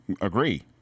agree